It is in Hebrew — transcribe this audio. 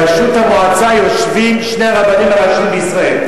בראשות המועצה יושבים שני הרבנים הראשיים בישראל,